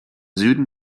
süden